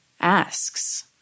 asks